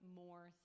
more